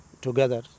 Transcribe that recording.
together